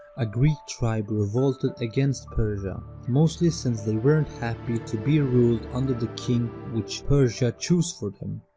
a greek tribe revolted against persia mostly since they weren't happy to be ah ruled under the king which persia choose for them.